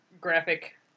graphic